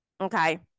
Okay